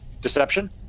Deception